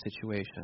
situation